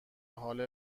حال